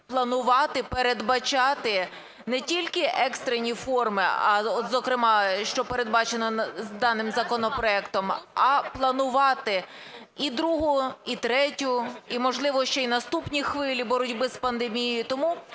планувати, передбачати не тільки екстрені форми, зокрема що передбачено даним законопроектом, а планувати і другу, і третю, і, можливо, ще і наступні хвилі боротьби з пандемією.